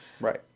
right